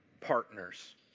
partners